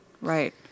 right